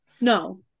No